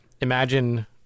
Imagine